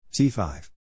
T5